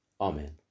Amen